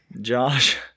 Josh